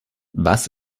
was